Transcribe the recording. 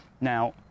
now